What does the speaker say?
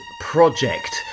project